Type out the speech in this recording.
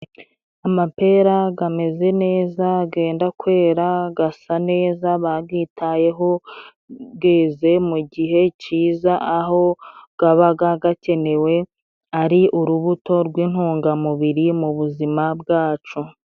Amapera gameze neza genda kwera gasa neza bagitayeho, geze mu gihe ciza aho gabaga gakenewe ari urubuto rw'intungamubiri mu buzima bwacu.